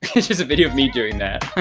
it's just a video of me doing that.